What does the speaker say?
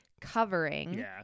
covering